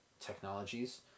technologies